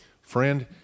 Friend